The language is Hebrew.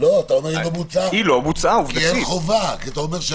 כי אין חובה.